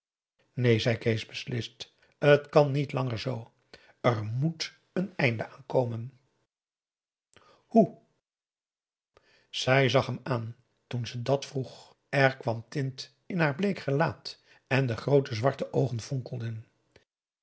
neen zei kees beslist t kan niet langer zoo er moet een eind aan komen hoe zij zag hem aan toen ze dat vroeg er kwam tint in haar bleek gelaat en de groote zwarte oogen fonkelden